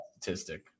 statistic